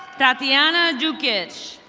tatiana jukez.